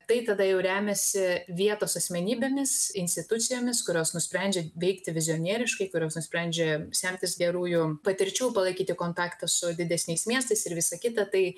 tai tada jau remiasi vietos asmenybėmis institucijomis kurios nusprendžia veikti vizionieriškai kurios nusprendžia semtis gerųjų patirčių palaikyti kontaktą su didesniais miestais ir visa kita tai